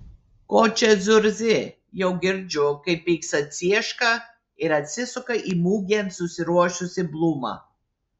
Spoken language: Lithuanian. ko čia zurzi jau girdžiu kaip pyksta cieška ir atsisuka į mugėn susiruošusį blūmą